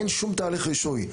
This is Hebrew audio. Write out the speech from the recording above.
אין שום תהליך רישוי.